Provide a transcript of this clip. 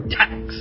tax